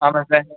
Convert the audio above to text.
ஆமாம் சார்